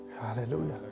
Hallelujah